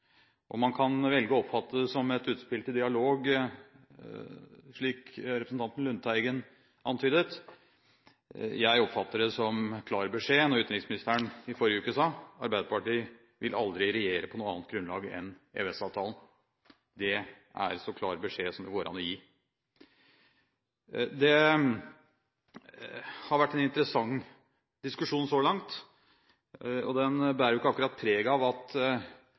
tale. Man kan velge å oppfatte det som et utspill til dialog, slik representanten Lundteigen antydet, jeg oppfatter det som klar beskjed når utenriksministeren i forrige uke sa at Arbeiderpartiet aldri vil regjere på noe annet grunnlag enn EØS-avtalen. Det er så klar beskjed som det går an å gi. Det har vært en interessant diskusjon så langt, og den bærer ikke akkurat preg av at